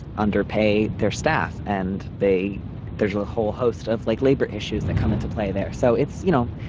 underpay their staff and they there's a whole host of like labor issues that come into play there. so it's, you know,